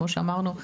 כמו שאמרנו,